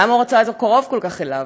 למה הוא רצה את זה קרוב כל כך אליו?